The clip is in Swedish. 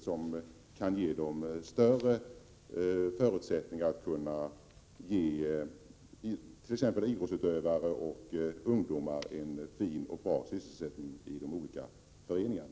stödet, utan får större förutsättningar för en bra sysselsättning i de olika föreningarna.